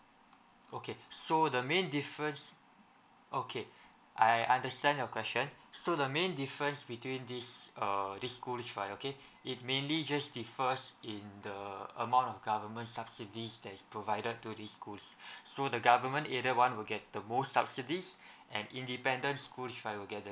okay so the main difference okay I understand your question so the main difference between these err these schools right okay it mainly just differs in the amount of government subsidies that is provided to the schools so the government aided ones will get the most subsidies and independent schools will get